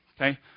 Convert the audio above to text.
okay